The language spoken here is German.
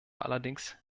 allerdings